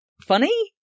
funny